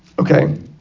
Okay